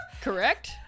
Correct